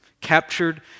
captured